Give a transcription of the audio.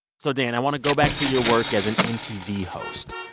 so, dan, i want to go back to your work as an mtv host.